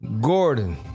Gordon